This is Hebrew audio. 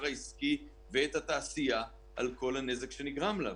העסקי ואת התעשייה על כל הנזק שנגרם לה,